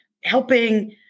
helping